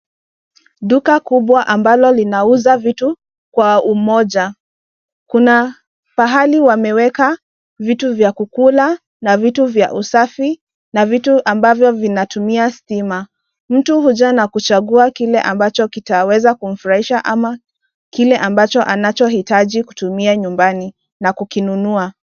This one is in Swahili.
Duka kubwa ambalo linauza vitu kwa umoja. Kuna pahali wameweka vitu vya kukula na vitu vya usafi na vitu ambavyo vinatumia stima. Mtu huja na kuchagua kile ambacho kitaweza kumfurahisha ama kile ambacho anachohitaji kutumia nyumbani na kukinunua.